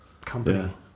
company